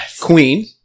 Queen